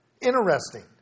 Interesting